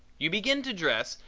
you begin to dress,